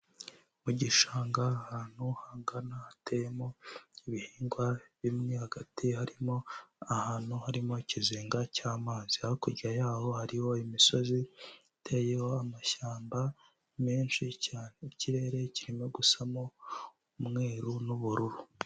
Mu gishanga ahantu hagana, hateyemo ibihingwa bimwe, hagati harimo ahantu harimo ikizenga cy'amazi, hakurya yaho hariho imisozi iteyeho amashyamba menshi cyane, ikirere kirimo gusamo umweru n'ubururu.